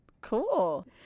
Cool